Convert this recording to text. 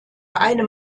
einem